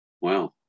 Wow